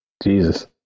Jesus